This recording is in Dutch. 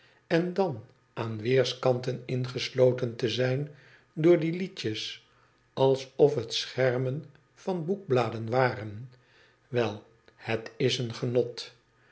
en dan aan weerskanten ingesloten te zijn door die liedjes alsof het schermen van hoekbladen waren wel het is een genot